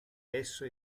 esso